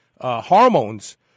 hormones